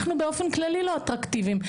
אנחנו באופן כללי לא אטרקטיביים.